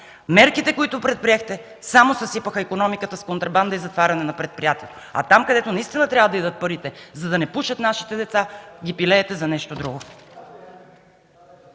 Мерките, които предприехте, само съсипаха икономиката с контрабанда и затваряне на предприятията. А там, където наистина трябва да отидат парите, за да не пушат нашите деца, ги пилеете за нещо друго.